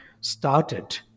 started